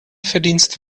verdienst